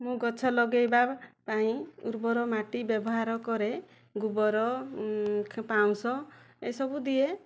ମୁଁ ଗଛ ଲଗାଇବା ପାଇଁ ଉର୍ବର ମାଟି ବ୍ୟବହାର କରେ ଗୋବର ପାଉଁଶ ଏହିସବୁ ଦିଏ